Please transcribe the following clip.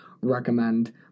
recommend